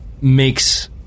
makes